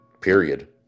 Period